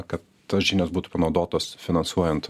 kad tos žinios būtų panaudotos finansuojant